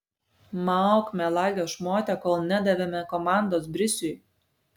mauk melagio šmote kol nedavėme komandos brisiui